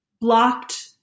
blocked